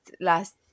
last